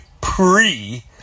Pre